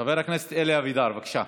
חבר הכנסת אלי אבידר, בבקשה.